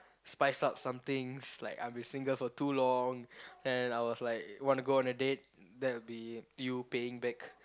spice up some things like I've been single for too long then I was like wanna go on a date that will be you paying back